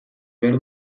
behar